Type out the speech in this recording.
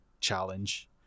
challenge